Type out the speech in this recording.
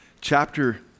chapter